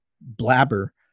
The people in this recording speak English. blabber